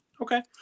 Okay